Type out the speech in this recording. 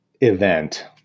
event